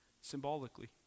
symbolically